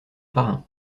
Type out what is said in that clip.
parrain